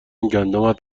گندمت